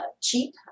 cheap